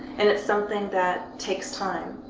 and it's something that takes time,